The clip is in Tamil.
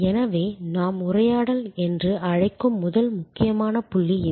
எனவே நாம் உரையாடல் என்று அழைக்கும் முதல் முக்கியமான புள்ளி இது